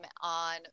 on